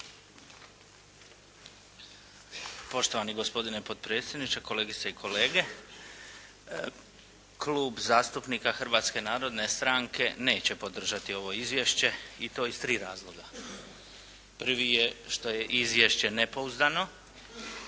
Poštovani gospodine ptopresdjedniče, kolegice i kolege. Klub zastupnika Hrvatske narodne stranke neće podržati ovo izvješće i to iz tri razloga. Prvi je što je izvješće nepouzdano,